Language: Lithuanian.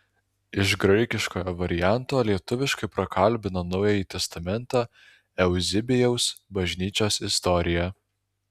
iš graikiškojo varianto lietuviškai prakalbino naująjį testamentą euzebijaus bažnyčios istoriją